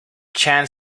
chand